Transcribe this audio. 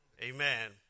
Amen